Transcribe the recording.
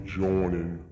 joining